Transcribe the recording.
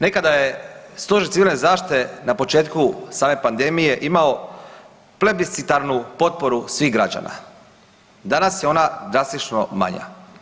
Nekada je Stožer civilne zaštite na početku same pandemije imao plebiscitarnu potporu svih građana, danas je ona drastično manja.